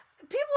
People